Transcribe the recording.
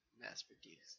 mass-produced